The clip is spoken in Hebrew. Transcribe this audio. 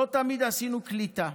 לא תמיד עשינו קליטה.